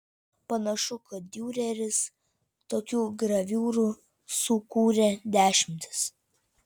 panašu kad diureris tokių graviūrų sukūrė dešimtis